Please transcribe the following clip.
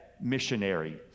missionary